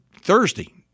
Thursday